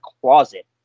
closet